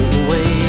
away